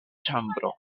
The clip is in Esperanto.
ĉambro